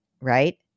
right